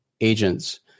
agents